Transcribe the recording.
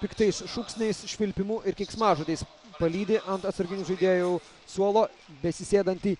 piktais šūksniais švilpimu ir keiksmažodžiais palydi ant atsarginių žaidėjų suolo besisėdantį